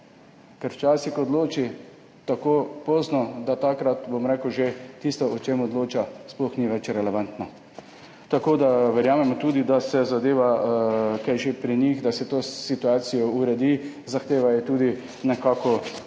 Ker včasih, ko odloči tako pozno, da takrat že tisto, o čemer odloča, sploh ni več relevantno. Tako da verjamemo, da se zadevo, ko je že pri njih, da se to situacijo uredi. Zahtevajo tudi nekako neke